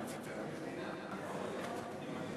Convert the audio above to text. אנחנו